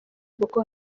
boko